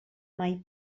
mai